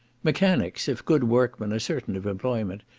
mechanics, if good workmen, are certain of employment,